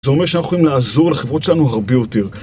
זה אומר שאנחנו יכולים לעזור לחברות שלנו הרבה יותר.